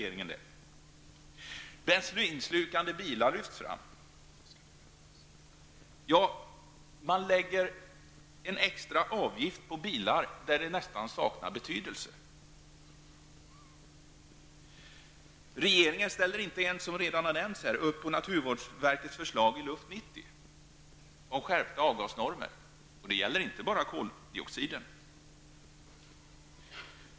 Problemen med bensinslukande bilar lyfts fram. Man lägger en extra avgift på bilar, där den nästan saknar betydelse. Regeringen ställer inte ens, som redan har nämnts här, upp på naturvårdsverkets förslag i Luft 90 om en skärpning av avgasnormerna. Det gäller inte bara koldioxiden.